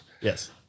Yes